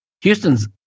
Houston's –